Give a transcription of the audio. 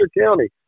County